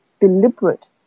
deliberate